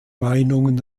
meinungen